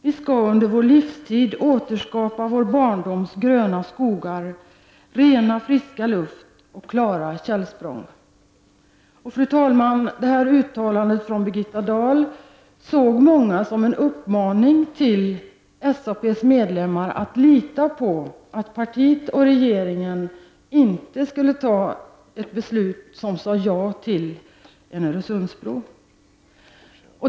Vi skall, under vår livstid, återskapa vår barndoms gröna skogar, rena friska luft och klara källsprång.” Fru talman! Detta uttalande av Birgitta Dahl såg många som en uppmaning till SAPs medlemmar att lita på att partiet och regeringen inte skulle fatta beslut om att säga ja till en Öresundsbro.